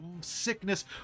sickness